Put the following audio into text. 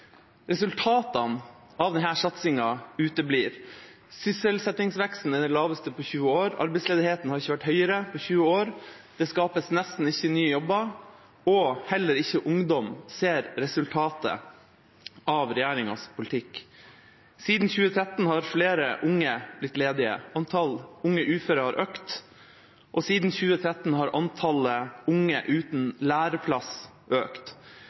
Resultatene av denne satsingen uteblir. Sysselsettingsveksten er den laveste på 20 år, arbeidsledigheten har ikke vært høyere på 20 år, det skapes nesten ikke nye jobber, og heller ikke ungdom ser resultatet av regjeringas politikk. Siden 2013 har flere unge blitt ledige, antall unge uføre har økt, og antallet unge uten læreplass har økt.